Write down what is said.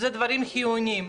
אלה דברים חיוניים.